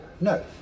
No